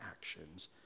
actions